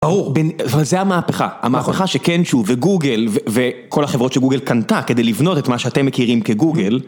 ברור, אבל זה המהפכה, המהפכה שקנצ'ו וגוגל וכל החברות שגוגל קנתה כדי לבנות את מה שאתם מכירים כגוגל